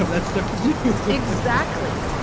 that's tough to do exactly.